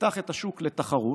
נפתח את השוק לתחרות,